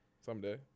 someday